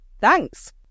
Thanks